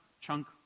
chunk